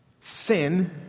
Sin